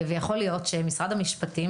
יכול להיות שמשרד המשפטים,